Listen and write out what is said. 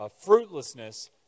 fruitlessness